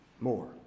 more